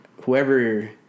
whoever